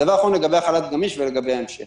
דבר אחרון, לגבי חל"ת גמיש ולגבי ההמשך